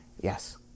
yes